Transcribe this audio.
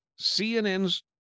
CNN's